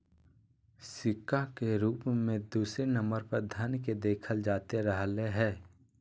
सिक्का के रूप मे दूसरे नम्बर पर धन के देखल जाते रहलय हें